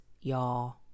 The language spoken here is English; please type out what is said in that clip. y'all